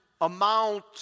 amount